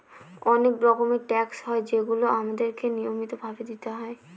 অনেক রকমের ট্যাক্স হয় যেগুলো আমাদেরকে নিয়মিত ভাবে দিতে হয়